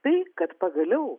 tai kad pagaliau